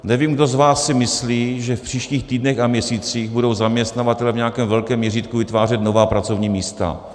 Nevím, kdo z vás si myslí, že v příštích týdnech a měsících budou zaměstnavatelé v nějakém velkém měřítku vytvářet nová pracovní místa.